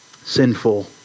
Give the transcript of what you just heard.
Sinful